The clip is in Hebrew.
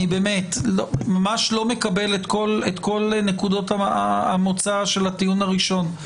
ואני ממש לא מקבל את כל נקודות המוצא של הטיעון הראשון.